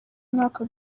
umwaka